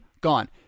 gone